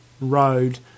road